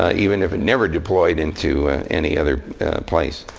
ah even if it never deployed into any other place.